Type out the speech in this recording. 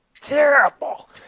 terrible